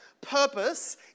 purpose